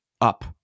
up